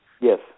Yes